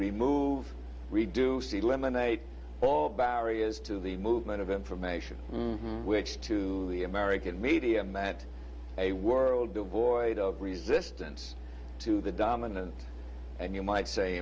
remove reduce the lemonade all barriers to the movement of information which to the american media matt a world devoid of resistance to d the dominant and you might say